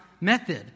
method